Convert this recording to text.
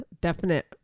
definite